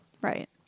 right